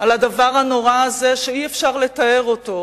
על הדבר הנורא הזה שאי-אפשר לתאר אותו,